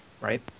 Right